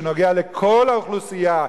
שנוגע לכל האוכלוסייה.